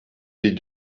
pays